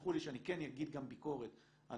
ותסלחו שאני כן אגיד גם ביקורת על